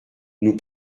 nous